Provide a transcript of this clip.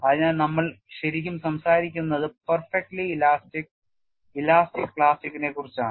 അതിനാൽ നമ്മൾ ശരിക്കും സംസാരിക്കുന്നത് പെർഫെക്ടലി ഇലാസ്റ്റിക് ഇലാസ്റ്റിക് പ്ലാസ്റ്റിക്കിനെക്കുറിച്ചാണ്